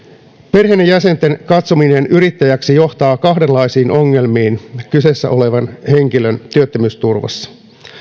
perheenjäsenten katsominen yrittäjiksi johtaa kahdenlaisiin ongelmiin kyseessä olevan henkilön työttömyysturvassa